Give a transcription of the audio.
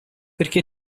perché